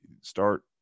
start